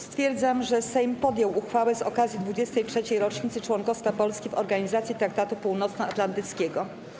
Stwierdzam, że Sejm podjął uchwałę z okazji 23. rocznicy członkostwa Polski w Organizacji Traktatu Północnoatlantyckiego.